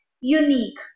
unique